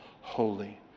holy